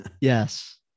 Yes